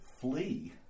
flee